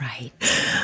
Right